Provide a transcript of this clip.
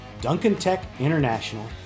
duncantechinternational